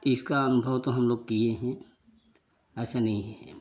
इसका अनुभव तो हम लोग किए हैं ऐसा नहीं है